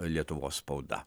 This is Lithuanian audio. lietuvos spauda